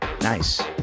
Nice